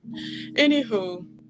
anywho